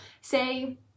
say